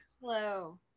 hello